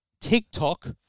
TikTok